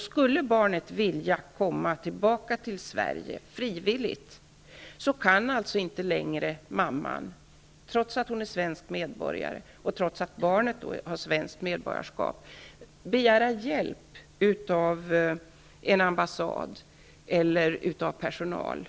Skulle barnet vilja komma tillbaka till Sverige, frivilligt, kan alltså inte längre mamman, trots att hon är svensk medborgare och att barnet har svenskt medborgarskap, begära hjälp av en ambassad eller annan personal